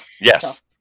Yes